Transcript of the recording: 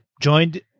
Joined